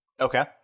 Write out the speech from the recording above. Okay